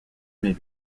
may